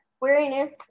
weariness